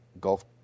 Gulf